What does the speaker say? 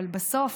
אבל בסוף,